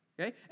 okay